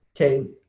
okay